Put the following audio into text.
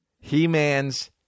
He-Man's